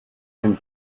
and